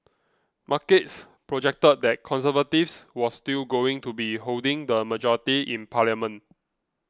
markets projected that Conservatives was still going to be holding the majority in parliament